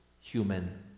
human